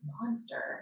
monster